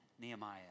Nehemiah